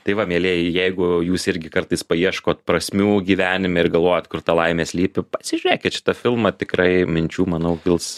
tai va mielieji jeigu jūs irgi kartais paieškot prasmių gyvenime ir galvojat kur ta laimė slypi pasižiūrėkit šitą filmą tikrai minčių manau kils